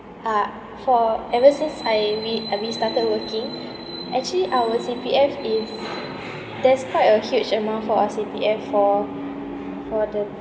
uh for ever since I re~ I restarted working actually our C_P_F is there's quite a huge amount for our C_P_F for for the